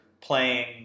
playing